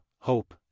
Hope